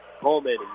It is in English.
Coleman